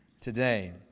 today